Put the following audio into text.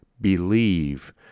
believe